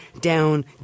down